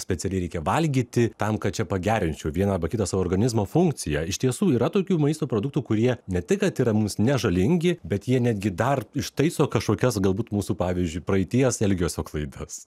specialiai reikia valgyti tam kad čia pagerinčiau vieną arba kitą savo organizmo funkciją iš tiesų yra tokių maisto produktų kurie ne tik kad yra mums nežalingi bet jie netgi dar ištaiso kažkokias galbūt mūsų pavyzdžiui praeities elgesio klaidas